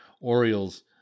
Orioles